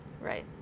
right